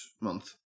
month